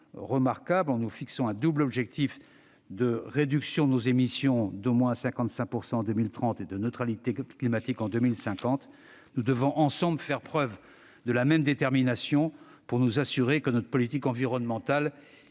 remarquable en nous fixant un double objectif de réduction de nos émissions d'au moins 55 % en 2030 et de neutralité climatique en 2050. Nous devons, ensemble, faire preuve de la même détermination pour nous assurer que notre politique environnementale